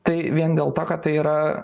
tai vien dėl to kad tai yra